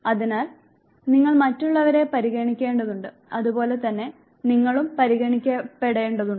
അതിനാൽ നിങ്ങൾ മറ്റുള്ളവരെ പരിഗണിക്കേണ്ടതുണ്ട് അതുപോലെ തന്നെ നിങ്ങളും പരിഗണിക്കപ്പെടേണ്ടതുണ്ട്